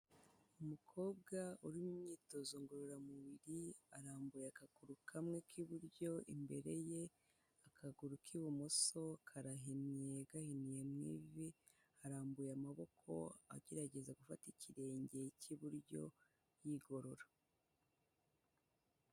Umukobwa uri mu myitozo ngororamubiri arambuye agakuru kamwe k'iburyo imbere ye, akaguru k'ibumoso karahinye gahiniye mu ivi arambuye amaboko agerageza gufata ikirenge cy'iburyo yigorora.